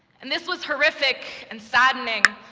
and this was horrific and saddening,